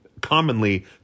commonly